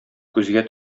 күзгә